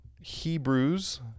Hebrews